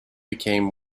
became